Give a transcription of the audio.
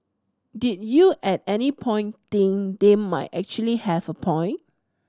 did you at any point think they might actually have a point